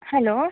hello